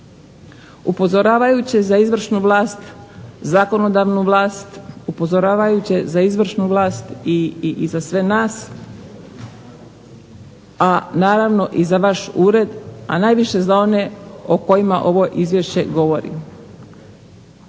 Upozoravajuće za izvršnu vlast, zakonodavnu vlast, upozoravajuće za izvršnu vlast i za sve nas, a naravno i za vaš ured, a najviše za one o kojima ovo izvješće govori.